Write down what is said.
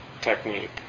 technique